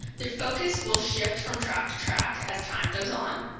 your focus will shift from track to track as time goes on.